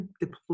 deploy